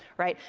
right?